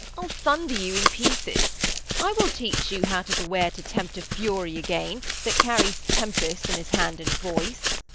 i'll thunder you in pieces i will teach you how to beware to tempt a fury again, that carries tempest in his hand and voice.